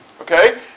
Okay